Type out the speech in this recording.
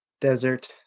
Desert